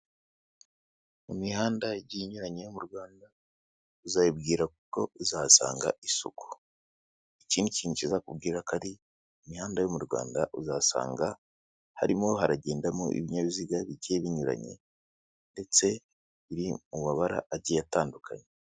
Mu mihanda igiye inyuranye yo mu Rwanda, uzayibwira kuko uzahasanga isuku. Ikindi kintu kizakubwira ko ari imihanda yo mu rwanda uzasanga, harimo haragendamo ibinyabiziga bigiye binyuranye, ndetse biri mu mabara agiye atandukanye.